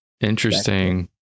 interesting